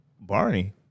Barney